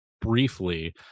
briefly